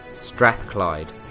Strathclyde